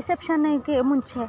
ರಿಸೆಪ್ಷನ್ನಿಗೆ ಮುಂಚೆ